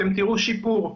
אתם תראו שיפור.